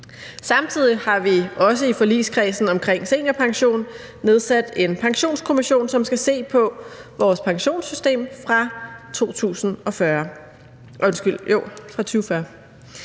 Samtidig har vi også i forligskredsen omkring seniorpension nedsat en pensionskommission, som skal se på vores pensionssystem fra 2040,